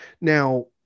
Now